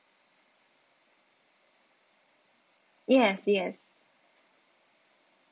yes yes